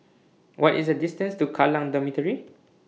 What IS The distance to Kallang Dormitory